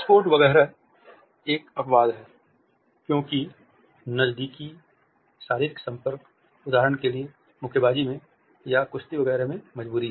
sports वगैरह एक अपवाद है क्योंकि नज़दीकी शारीरिक संपर्क उदाहरण के लिए मुक्केबाजी में या कुश्ती वगैरह में मजबूरी है